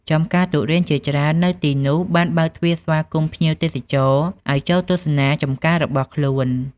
ចម្ការទុរេនជាច្រើននៅទីនោះបានបើកទ្វារស្វាគមន៍ភ្ញៀវទេសចរឱ្យចូលទស្សនាចម្ការរបស់ខ្លួន។